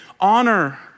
Honor